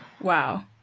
Wow